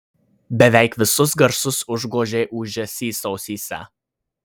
beveik visus garsus užgožė ūžesys ausyse